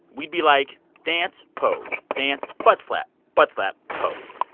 we'd be, like, dance, pose, dance, butt slap, butt slap, pose.